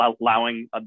allowing